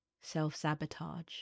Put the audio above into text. self-sabotage